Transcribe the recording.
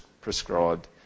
prescribed